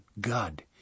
God